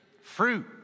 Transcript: Fruit